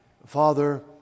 Father